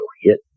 hit